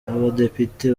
abadepite